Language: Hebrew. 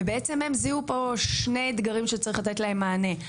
ובעצם הם זיהו פה שני אתגרים שצריך לתת להם מענה.